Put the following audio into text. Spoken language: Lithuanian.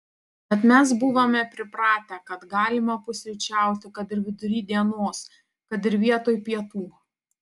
bet mes buvome pripratę kad galima pusryčiauti kad ir vidury dienos kad ir vietoj pietų